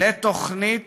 לתוכנית